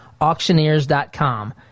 auctioneers.com